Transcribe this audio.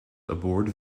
aboard